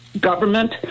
government